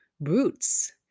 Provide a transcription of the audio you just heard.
brutes